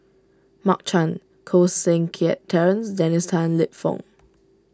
Mark Chan Koh Seng Kiat Terence and Dennis Tan Lip Fong